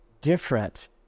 different